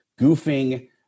goofing